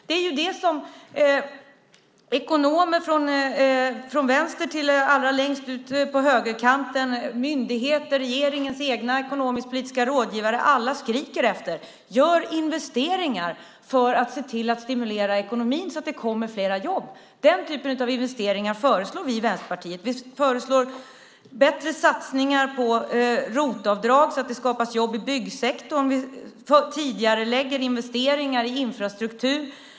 Det är det som ekonomer från vänster till allra längst ut på högerkanten, myndigheter, regeringens egna ekonomisk-politiska rådgivare och alla skriker efter: Gör investeringar för att se till att stimulera ekonomin så att det kommer flera jobb! Den typen av investeringar föreslår vi i Vänsterpartiet. Vi föreslår bättre satsningar på ROT-avdrag så att det skapas jobb i byggsektorn. Vi tidigarelägger investeringar i infrastruktur.